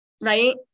right